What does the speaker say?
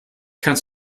kannst